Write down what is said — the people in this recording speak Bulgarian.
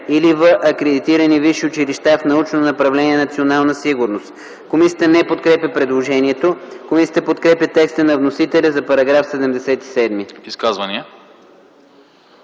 или в акредитирани висши училища в научно направление „Национална сигурност”.” Комисията не подкрепя предложението. Комисията подкрепя текста на вносителя за § 77.